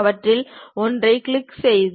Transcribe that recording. அவற்றில் ஒன்றைக் கிளிக் செய்க